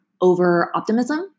over-optimism